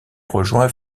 rejoint